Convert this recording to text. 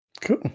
Cool